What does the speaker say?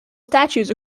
statues